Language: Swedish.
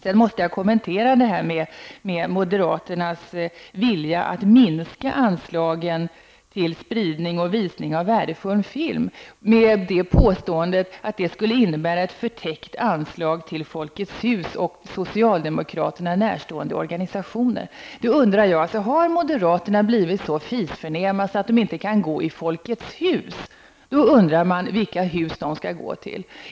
Jag måste också kommentera moderaternas vilja att minska anslagen till spridning och visning av värdefull film på grund av att detta skulle vara ett förtäckt anslag till Folket Hus och socialdemokraterna närstående organisationer. Har moderaterna blivit så fisförnäma att de inte kan gå i Folkets Hus? Då undrar man vilka hus de skall gå till.